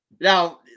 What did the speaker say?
Now